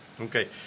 Okay